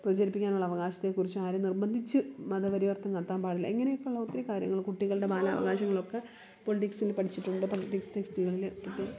പ്രചരിപ്പിക്കാനുള്ള അവകാശത്തെക്കുറിച്ചും ആരും നിർബന്ധിച്ച് മതപരിവർത്തനം നടത്താൻ പാടില്ല ഇങ്ങനെയൊക്കെ ഉള്ള ഒത്തിരി കാര്യങ്ങൾ കുട്ടികളുടെ ബാലാവകാശങ്ങളൊക്കെ പൊളിറ്റിക്സിൽ പഠിച്ചിട്ടുണ്ട് പൊളിറ്റിക്സ് ടെക്സ്റ്റുകളിൽ